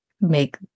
make